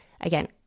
again